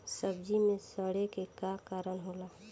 सब्जी में सड़े के का कारण होला?